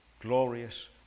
glorious